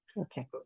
okay